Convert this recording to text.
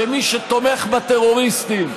שמי שתומך בטרוריסטים,